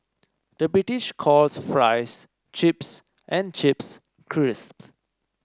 the British calls fries chips and chips crisps